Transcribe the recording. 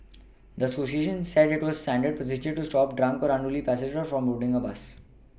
the Associations said it was standard procedure to stop drunk or unruly passengers from boarding a bus